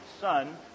son